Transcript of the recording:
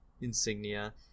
insignia